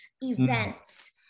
events